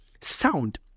sound